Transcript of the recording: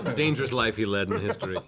ah dangerous life he led in history.